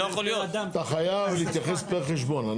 אתה חייב להתייחס פר חשבון.